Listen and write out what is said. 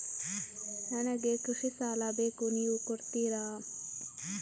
ನನಗೆ ಕೃಷಿ ಸಾಲ ಬೇಕು ನೀವು ಕೊಡ್ತೀರಾ?